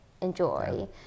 enjoy